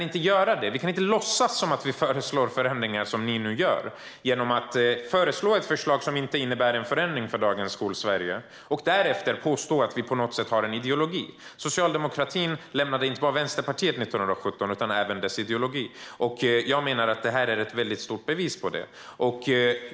Men man kan inte låtsas att föreslå förändringar som ni nu gör genom att lägga fram ett förslag som inte innebär någon förändring för dagens Skolsverige och därefter påstå att ni på något sätt har en ideologi. Socialdemokratin lämnade inte bara Vänsterpartiet 1917 utan även sin ideologi. Jag menar att det här är ett bevis på det.